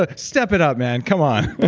ah step it up, man. come on.